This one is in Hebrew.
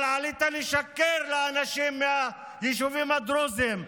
אבל עלית לשקר לאנשים מהיישובים הדרוזיים,